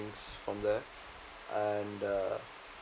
from there and uh